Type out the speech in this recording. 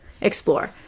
explore